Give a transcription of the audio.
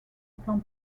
plan